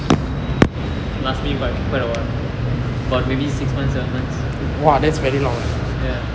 last me quite a while about maybe six months seven months ya